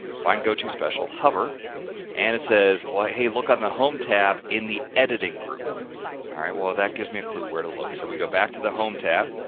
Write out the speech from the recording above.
find go to special hover and it says. well hey look on the home tab in the editing group alright. well that gives me a clue where to look so we go back to the home tab.